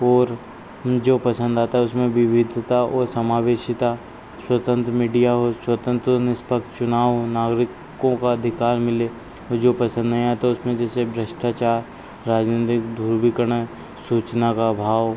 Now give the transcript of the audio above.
और जो पसंद आता है उसमें विविधता ओर समावेशिता स्वतंत्र मीडिया हो स्वतंत्र और निष्पक्ष चुनाव हों नागरिकों काे अधिकार मिले और जो पसंद नहीं आता उसमें जैसे भ्रष्टाचार राजनैतिक ध्रुवीकरण सूचना का अभाव